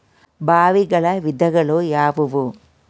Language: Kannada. ಬಾವಿಗಳ ವಿಧಗಳು ಯಾವುವು?